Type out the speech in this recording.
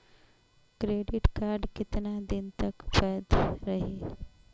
Credit card कितना दिन तक वैध रही?